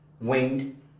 winged